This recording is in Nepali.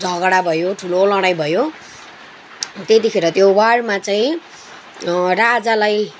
झगडा भयो ठुलो लडाइ भयो त्यतिखेर त्यो वारमा चाहिँ राजालाई